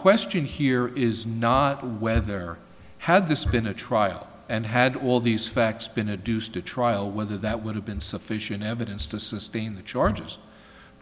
question here is not whether there had this been a trial and had all these facts been a deuce to trial whether that would have been sufficient evidence to sustain the charges